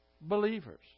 Believers